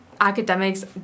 academics